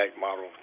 model